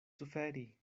suferi